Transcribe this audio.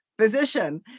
physician